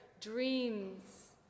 dreams